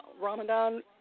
Ramadan